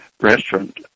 restaurant